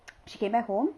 she came back home